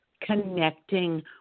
connecting